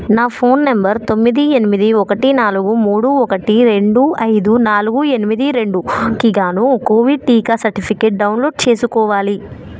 నా phone number తొమ్మిది ఎనిమిది ఒకటి నాలుగు మూడు ఒకటి రెండు ఐదు నాలుగు ఎనిమిది రెండుకి గాను కోవిడ్ టీకా సర్టిఫికేట్ డౌన్లోడ్ చేసుకోవాలి